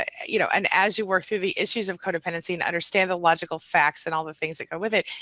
ah you know and as you work through the issues of codependency and understand the logical facts and all the things that go with it,